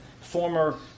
former